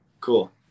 cool